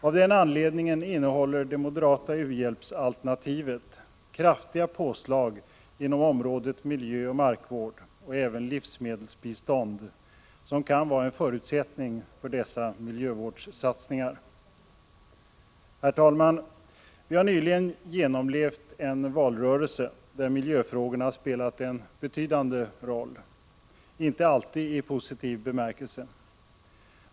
Av den anledningen innehåller det moderata u-hjälpsalternativet kraftiga påslag inom området miljöoch markvård och även livsmedelsbistånd, som kan vara en förutsättning för dessa miljövårdssatsningar. Vi har nyligen genomlevt en valrörelse, där miljöfrågorna spelat en betydande roll, inte alltid i positiv bemärkelse.